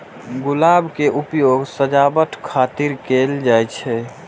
गुलाब के उपयोग सजावट खातिर कैल जाइ छै